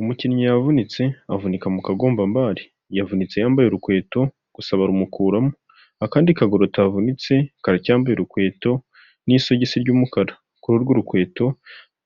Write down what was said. Umukinnyi yavunitse, avunika mu kagombambari, yavunitse yambaye urukweto gusa barumukuramo. Akandi kaguru atavunitse karacyambaye urukweto n'isogisi ry'umukara, kuri urwo rukweto